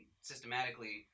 systematically